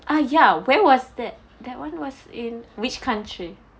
ah ya where was that that [one] was in which country